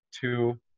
two –